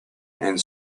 and